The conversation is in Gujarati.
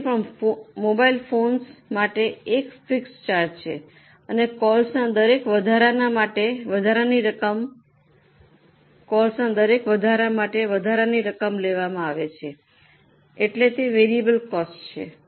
આજે પણ મોબાઇલ ફોન્સ માટે એક ફિક્સ્ડ ચાર્જ છે અને કોલ્સના દરેક વધારા માટે વધારાની રકમ લેવામાં આવે છે પછી તે વેરિયેબલ કોસ્ટ છે